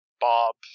Bob